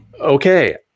okay